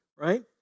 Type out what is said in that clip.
Right